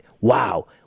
Wow